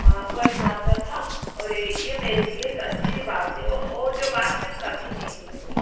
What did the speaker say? वहाँ पर नाचा था और ये मेरे लिए एक अच्छी बात है वो जो बात मैं कभी नहीं भूलूँगी